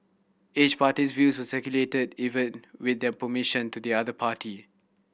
each party's views were circulated even with their permission to the other party